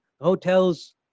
hotels